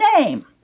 name